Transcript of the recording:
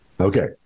Okay